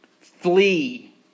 Flee